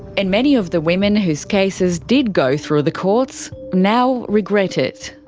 and many of the women whose cases did go through the courts now regret it.